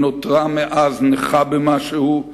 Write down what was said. היא נותרה מאז נכה במשהו,